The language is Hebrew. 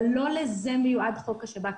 אבל לא לזה מיועד חוק השב"כ.